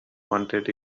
wanted